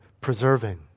preserving